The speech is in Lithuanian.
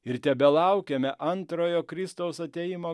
ir tebelaukiame antrojo kristaus atėjimo